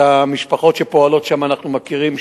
את המשפחות שפועלות שם אנחנו מכירים,